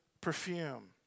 perfume